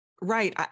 right